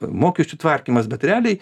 mokesčių tvarkymas bet realiai